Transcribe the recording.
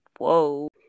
Whoa